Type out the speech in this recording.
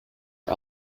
are